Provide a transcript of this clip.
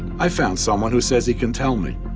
i found someone who says he can tell me.